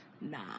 Nah